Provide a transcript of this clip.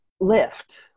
lift